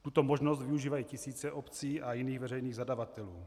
Tuto možnost využívají tisíce obcí a jiných veřejných zadavatelů.